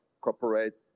corporate